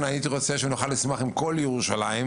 הייתי רוצה שנוכל לשמוח עם כל ירושלים,